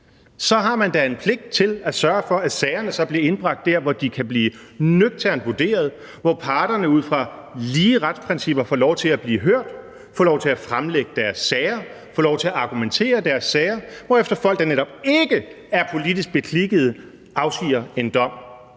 så har man da en pligt til at sørge for, at sagerne bliver indbragt der, hvor de kan blive nøgternt vurderet, hvor parterne ud fra lige retsprincipper får lov til at blive hørt, får lov til at fremlægge deres sager, får lov til at argumentere for deres sager, hvorefter folk, der netop ikke er politisk beklikket, afsiger en dom.